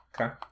okay